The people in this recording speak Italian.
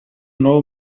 nuovo